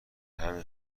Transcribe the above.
همین